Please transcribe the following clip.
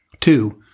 Two